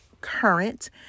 current